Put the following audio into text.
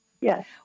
Yes